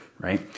right